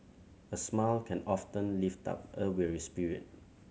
a smile can often lift up a weary spirit